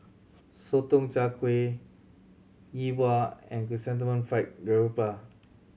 Sotong Char Kway Yi Bua and Chrysanthemum Fried Garoupa